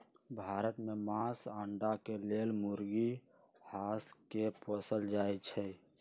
भारत में मास, अण्डा के लेल मुर्गी, हास के पोसल जाइ छइ